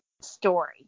story